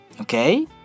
Okay